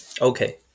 okay